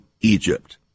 Egypt